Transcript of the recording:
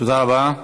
תודה רבה.